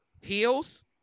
heels